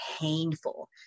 painful